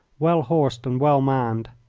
well horsed and well manned.